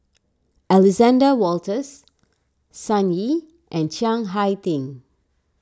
Alexander Wolters Sun Yee and Chiang Hai Ding